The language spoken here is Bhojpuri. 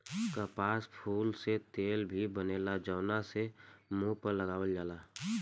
कपास फूल से तेल भी बनेला जवना के मुंह पर लगावल जाला